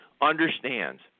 understands